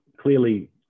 clearly